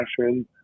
passion